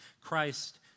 Christ